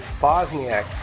Bosniak